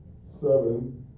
Seven